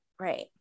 Right